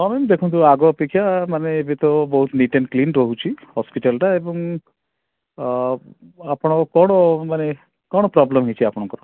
ହଁ ମ୍ୟାମ୍ ଦେଖନ୍ତୁ ଆଗ ଅପେକ୍ଷା ମାନେ ଏବେ ତ ବହୁତ ନିଟ୍ ଆଣ୍ଡ୍ କ୍ଲିନ୍ ରହୁଚି ହସ୍ପିଟାଲ୍ଟା ଏବଂ ଏ ଆପଣଙ୍କ କଣ ମାନେ କଣ ପ୍ରୋବ୍ଲେମ୍ ହେଇଛି ଆପଣଙ୍କର